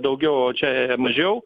daugiau o čia mažiau